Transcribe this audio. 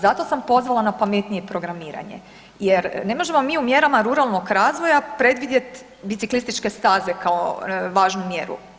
Zato sam pozvala na pametnije programiranje jer ne možemo mi u mjerama ruralnog razvoja predvidjeti biciklističke staze kao važnu mjeru.